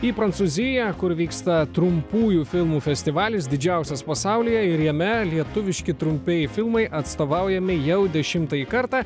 į prancūziją kur vyksta trumpųjų filmų festivalis didžiausias pasaulyje ir jame lietuviški trumpieji filmai atstovaujami jau dešimtąjį kartą